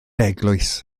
eglwys